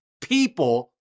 people